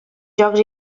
jocs